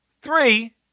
Three